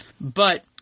But-